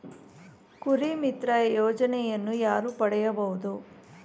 ಕುರಿಮಿತ್ರ ಯೋಜನೆಯನ್ನು ಯಾರು ಪಡೆಯಬಹುದು?